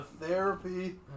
Therapy